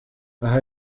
aha